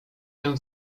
się